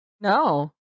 No